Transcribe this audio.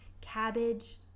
cabbage